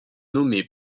nommé